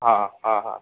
हा हा हा